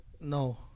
no